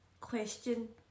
question